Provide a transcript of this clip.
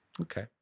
Okay